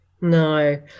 No